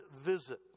visit